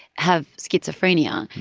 have schizophrenia,